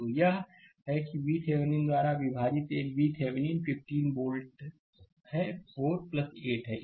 तो यह है कि VThevenin द्वारा विभाजित एक VThevenin 15 वोल्ट है 4 यह 8 है